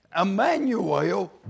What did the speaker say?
Emmanuel